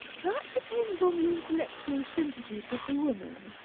that depends on the intellectual sympathies of the woman.